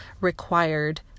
required